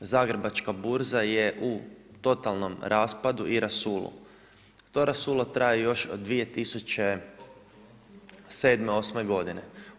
Zagrebačka burza je u totalnom raspadu i rasulu, to rasulo traje još od 2007., osme godine.